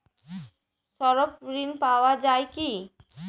স্বল্প ঋণ পাওয়া য়ায় কি?